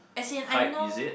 as in I know